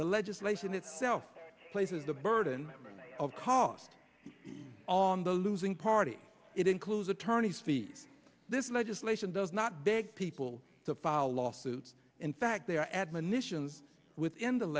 the legislation itself places the burden of cost on the losing party it includes attorney's fees this legislation does not beg people to file lawsuits in fact they are admonitions with